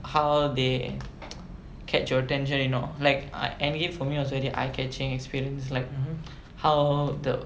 how they catch your attention you know like I endgame for me was a very eye catching experience like how the